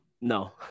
No